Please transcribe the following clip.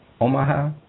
Omaha